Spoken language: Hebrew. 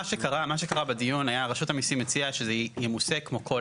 מה שקרה בדיון הוא כלדקמן: רשות המיסים הציעה שזה ימוסה כמו כל